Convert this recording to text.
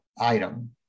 item